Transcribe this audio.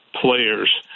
players